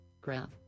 graph